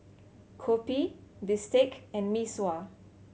kopi bistake and Mee Sua